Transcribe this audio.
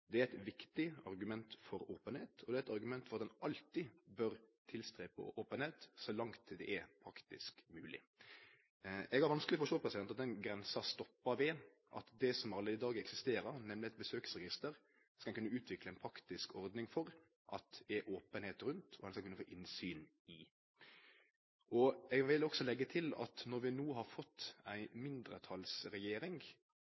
Det er eit viktig argument for openheit, og det er eit argument for at ein alltid bør streve etter openheit, så langt det er praktisk mogleg. Eg har vanskeleg for å sjå at den grensa stoppar ved det som allereie i dag eksisterer, nemleg eit besøksregister. Det skal ein kunne utvikle ei praktisk ordning for openheit rundt og at ein kan få innsyn i. Eg vil også leggje til at når vi no har fått